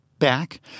back